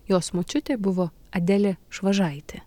jos močiutė buvo adelė švažaitė